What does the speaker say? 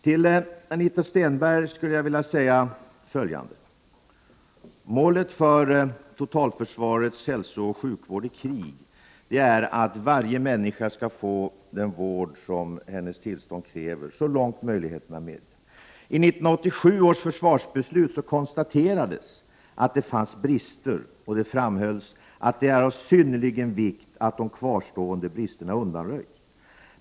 Till Anita Stenberg vill jag säga att målet för totalförsvarets hälsooch sjukvård i krig är att varje människa skall få den vård som hennes tillstånd kräver så långt som är möjligt. I 1987 års försvarsbeslut konstaterades det att det finns brister, och det framhölls att det är av synnerlig vikt att de kvarstående bristerna undanröjs.